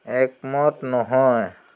একমত নহয়